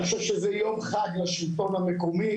אני חושב שזה יום חג לשלטון המקומי